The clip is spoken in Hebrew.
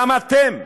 גם אתם,